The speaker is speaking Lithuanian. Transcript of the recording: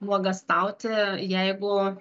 nuogąstauti jeigu